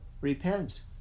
Repent